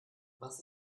was